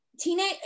teenage